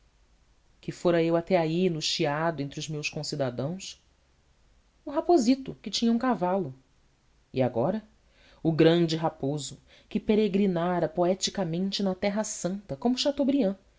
que fora eu até aí no chiado entre os meus concidadãos o raposito que tinha um cavalo e agora o grande raposo que peregrinara poeticamente na terra santa como chateaubriand